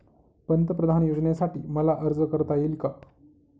पंतप्रधान योजनेसाठी मला अर्ज करता येईल का?